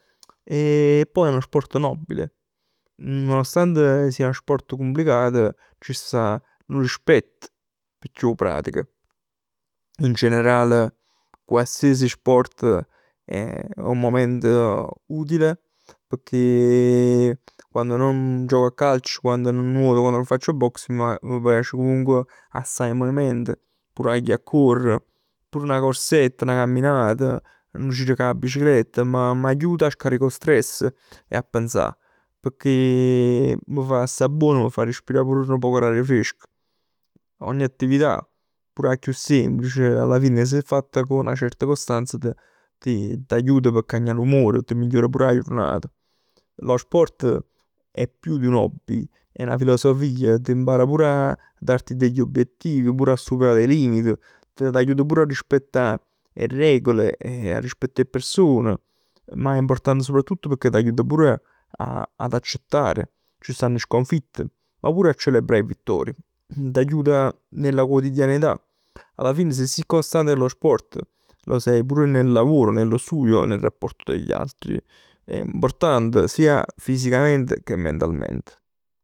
E poi è nu sport nobile. Nonostante sia nu sport complicato ci sta nu rispett p' chi 'o pratica. In generale qualsiasi sport è un momento utile, pecchè quann non gioco a calcio, quann non faccio boxe, ma mi piace comunque a sta in moviment. Pur a ji a corre. Pur 'na corsetta, 'na camminata. 'Nu giro cu 'a bicicletta. M'aiuta a scaricà 'o stress e a pensà. Pecchè mi fa sta buono e mi fa respirà pur nu poc 'e aria fresca. Ogni attività pure 'a chiù semplice, alla fine se fatta cu 'na certa costanza ti aiuta p' cagnà l'umore, t' migliora pur 'a jurnat. Lo sport è più di un hobby. È 'na filosofia, ti impara a da pure degli obiettivi, pure a superà dei limiti. T'aiuta pure a rispettà 'e regole e a rispettà 'e persone. Ma è importante soprattutto pecchè t'aiuta pure a- ad accettare. Ci stanno 'e sconfitte. Ma pure a celebrà 'e vittorie. T'aiuta nella quotidianità. Alla fine se si costante nello sport lo sei pure nel lavoro, nello studio e nel rapporto degli altri. È importante sia fisicamente che mentalmente.